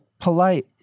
polite